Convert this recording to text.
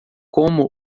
como